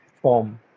form